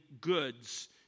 goods